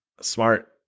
Smart